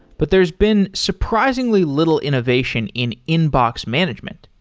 but there's been surprisingly little innovation in inbox management.